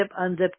unzip